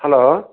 hello